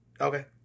Okay